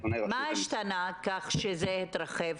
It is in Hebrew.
מה השתנה כך שזה התרחב?